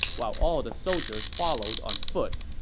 while all the soldiers followed on foot.